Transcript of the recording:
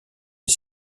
est